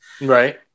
Right